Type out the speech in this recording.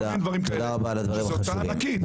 כל מיני דברים כאלה שזו הוצאה ענקית.